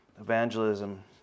evangelism